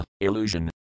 illusion